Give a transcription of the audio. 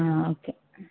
ആ ഓക്കേ